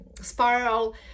spiral